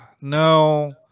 no